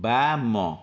ବାମ